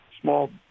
small